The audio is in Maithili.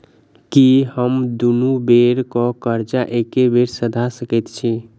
की हम दुनू बेर केँ कर्जा एके बेर सधा सकैत छी?